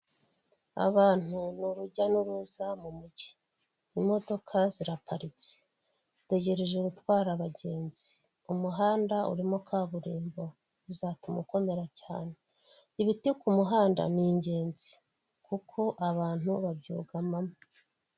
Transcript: Abantu ni urujya n'uruza mu mujyi; imodoka ziraparitse zitegereje gutwara abagenzi. Umuhanda urimo kaburimbo bizatuma ukomera cyane, ibiti ku muhanda ni ingenzi kuko abantu babyugamamo.